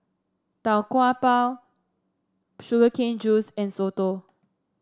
Tau Kwa Pau Sugar Cane Juice and soto